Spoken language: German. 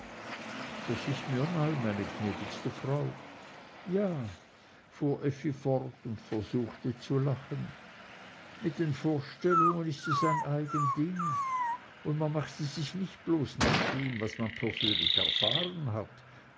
das ist mir neu meine gnädigste frau ja fuhr effi fort und versuchte zu lachen mit den vorstellungen ist es ein eigen ding man macht sie sich nicht bloß nach dem was man persönlich erfahren hat